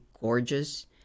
gorgeous